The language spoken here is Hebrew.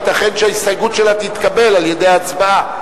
ייתכן שההסתייגות שלה תתקבל על-ידי הצבעה.